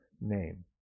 name